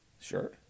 Sure